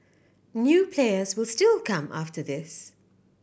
new players will still come after this